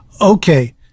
Okay